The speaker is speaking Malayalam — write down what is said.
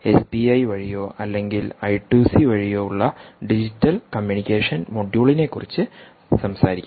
എസ്പിഐവഴിയോ അല്ലെങ്കിൽ ഐ ടു സി വഴിയോ ഉളള ഡിജിറ്റൽ കമ്മ്യൂണിക്കേഷൻ മൊഡ്യൂളിനെക്കുറിച്ച് സംസാരിക്കാം